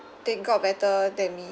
they got better than me